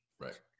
right